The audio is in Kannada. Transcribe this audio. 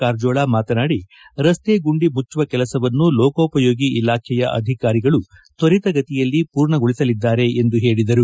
ಕಾರಜೋಳ ಮಾತನಾಡಿ ರಸ್ತೆ ಗುಂಡಿ ಮುಚ್ಚುವ ಕೆಲಸವನ್ನು ಲೋಕೋಪಯೋಗಿ ಇಲಾಖೆಯ ಅಧಿಕಾರಿಗಳು ತ್ವರಿತಗತಿಯಲ್ಲಿ ಪೂರ್ಣಗೊಳಿಸಲಿದ್ದಾರೆ ಎಂದು ತಿಳಿಸಿದರು